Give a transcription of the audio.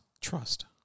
trust